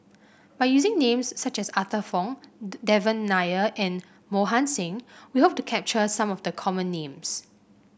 by using names such as Arthur Fong Devan Nair and Mohan Singh we hope to capture some of the common names